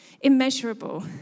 immeasurable